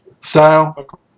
style